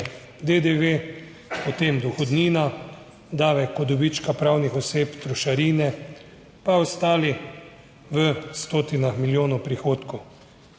DDV, potem dohodnina, davek od dobička pravnih oseb, trošarine, pa ostali v stotinah milijonov prihodkov.